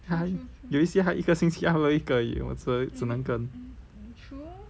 有一些他一个星期 upload 一个而已我我只能跟